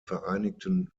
vereinigten